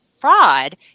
fraud